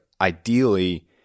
ideally